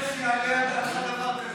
איך יעלה על דעתך דבר כזה?